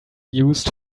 used